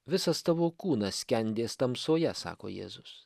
visas tavo kūnas skendės tamsoje sako jėzus